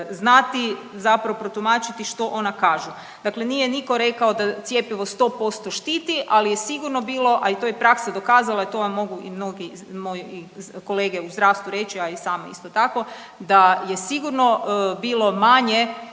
znati zapravo protumačiti što ona kažu. Dakle nije nitko rekao da cjepivo 100% štiti ali je sigurno bilo, a i to je praksa dokazala to vam mogu i mnogi moji kolege u zdravstvu reći, ja i sama isto tako, da je sigurno bilo manje